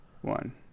one